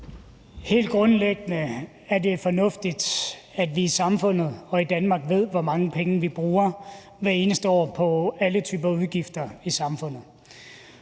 Helt grundlæggende er det fornuftigt, at vi i Danmark ved, hvor mange penge vi bruger hvert eneste år på alle typer udgifter i samfundet.